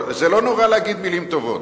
זה לא נורא להגיד מלים טובות.